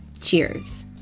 cheers